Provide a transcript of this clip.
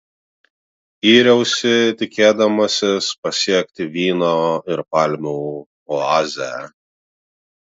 yriausi tikėdamasis pasiekti vyno ir palmių oazę